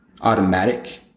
automatic